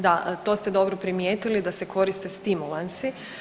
Da, to ste dobro primijetili, da se koristi stimulansi.